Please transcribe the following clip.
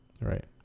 Right